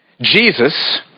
Jesus